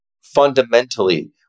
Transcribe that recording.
fundamentally